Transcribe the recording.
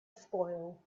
spoil